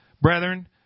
Brethren